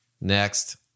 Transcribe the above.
next